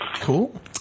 Cool